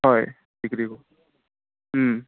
হয়